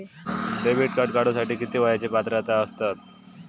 Debit card काढूसाठी किती वयाची पात्रता असतात?